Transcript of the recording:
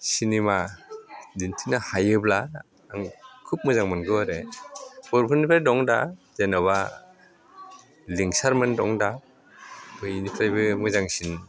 cinema दिन्थिनो हायोब्ला आं खुब मोजां मोनगौ आरो बर'फोरनिफ्राय दं दा जेन'बा लिंसारमोन दं दा बयनिफ्रायबो मोजांसिन